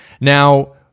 Now